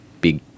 big